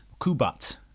Kubat